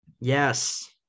Yes